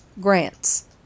grants